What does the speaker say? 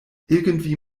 irgendwie